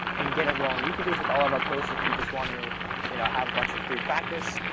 and get it rolling. you can do this with all of our posts if you just want to you know have a bunch of free practice,